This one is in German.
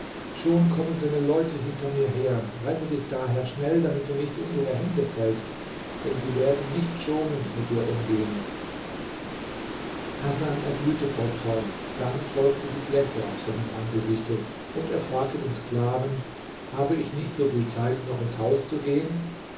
schon kommen seine leute hinter mir her rette dich daher schnell damit du nicht in ihre hände fällst denn sie werden nicht schonend mit dir umgehen hasan erglühte vor zorn dann folgte die blässe auf seinem angesichte und er fragte den sklaven habe ich nicht so viel zeit noch ins haus zu gehen